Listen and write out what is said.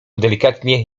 delikatnie